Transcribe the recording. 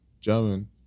German